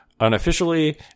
unofficially